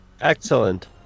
Excellent